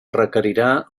requerirà